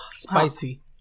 Spicy